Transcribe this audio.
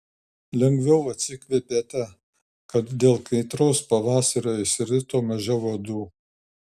lengviau atsikvėpėte kad dėl kaitraus pavasario išsirito mažiau uodų